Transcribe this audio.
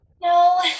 No